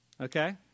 Okay